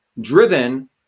driven